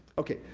okay,